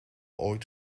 ooit